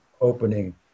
opening